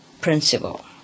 principle